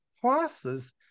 classes